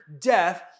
death